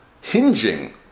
hinging